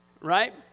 right